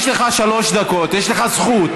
יש לך שלוש דקות, יש לך זכות.